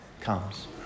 comes